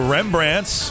Rembrandts